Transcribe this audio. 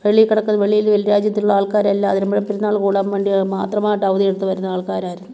വെളിയിൽ കിടക്കുന്ന വെളിയിൽ വെളിയിൽ രാജ്യത്തുള്ള ആൾക്കാരെല്ലാം അതിരമ്പുഴ പെരുനാളിന് കൂടാൻ വേണ്ടീ മാത്രമായിട്ട് അവധിയെടുത്ത് വരുന്ന ആൾക്കാരായിരുന്നു